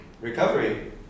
Recovery